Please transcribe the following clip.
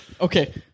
Okay